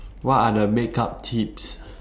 what are the makeup tips